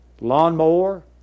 lawnmower